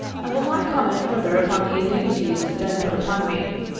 i will not comment fur ther upon the indignities then put upon me.